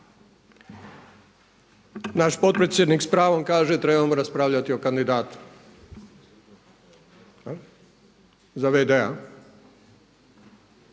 Naš potpredsjednik s pravom kaže trebamo raspravljati o kandidatu za v.d.-a